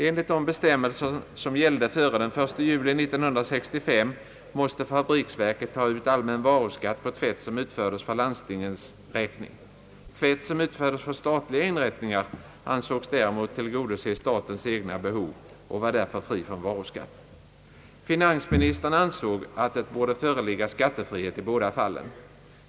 Enligt de bestämmelser som gällde före den 1 juli 1965 måste fabriksverket ta ut allmän varuskatt på tvätt som utfördes för landstingens räkning. Tvätt som utfördes för statliga inrättningar ansågs däremot tillgodose statens egna behov och var därför fri från varuskatt. Finansministern ansåg att det borde föreligga skattefrihet i båda fallen.